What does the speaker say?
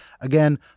Again